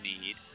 need